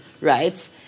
right